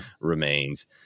remains